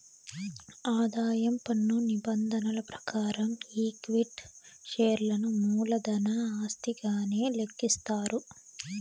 ఆదాయం పన్ను నిబంధనల ప్రకారం ఈక్విటీ షేర్లను మూలధన ఆస్తిగానే లెక్కిస్తారు